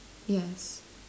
yes